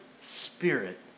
spirit